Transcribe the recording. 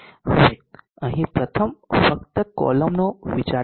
હવે અહીં પ્રથમ ફક્ત કોલમનો વિચાર કરો